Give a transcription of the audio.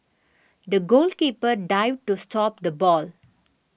the goalkeeper dived to stop the ball